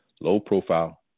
Low-profile